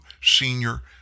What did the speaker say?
senior